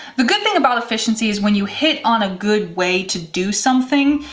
the good thing about efficiency is when you hit on a good way to do something,